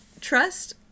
trust